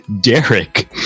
Derek